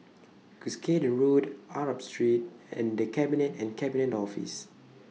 Cuscaden Road Arab Street and The Cabinet and Cabinet Office